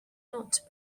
not